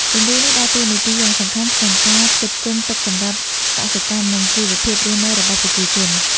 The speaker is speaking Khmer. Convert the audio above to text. ទន្លេនេះដើរតួនាទីយ៉ាងសំខាន់ក្នុងការផ្គត់ផ្គង់ទឹកសម្រាប់កសិកម្ម និងជីវភាពរស់នៅរបស់ប្រជាជន។